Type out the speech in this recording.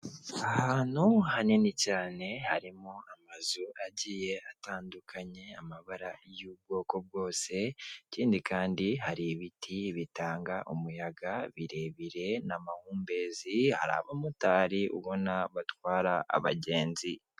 Ahantu hanini cyane, harimo amazu agiye atandukanye, amabara y'ubwoko bwose, ikindi kandi hari ibiti bitanga umuyaga birebire n'amahumbezi, hari abamotari ubona batwara abagenzi.